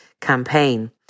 campaign